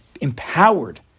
empowered